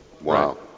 Wow